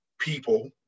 people